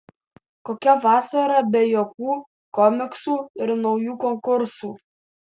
kokia vasara be juokų komiksų ir naujų konkursų